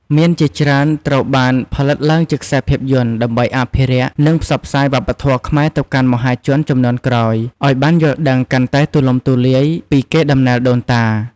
មានជាច្រើនត្រូវបានផលិតឡើងជាខ្សែភាពយន្ត ដើម្បីអភិរក្ស និងផ្សព្វផ្សាយវប្បធម៌ខ្មែរទៅកាន់មហាជនជំនាន់ក្រោយ ឲ្យបានយល់ដឹងកាន់តែទូលំទូលាយពីកេរដំណែលដូនតា។